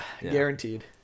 guaranteed